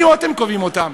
אני או אתם קובעים אותם?